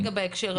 בהקשר הזה,